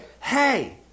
Hey